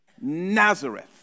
Nazareth